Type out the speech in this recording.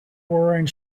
wearing